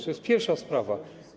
To jest pierwsza sprawa.